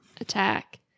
attack